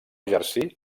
jersey